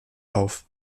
auf